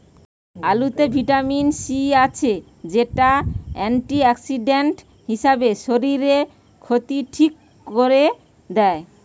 আলুতে vitamin C আছে, যেটা অ্যান্টিঅক্সিডেন্ট হিসাবে শরীরের ক্ষতি ঠিক কোরে দেয়